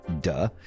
duh